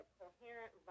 coherent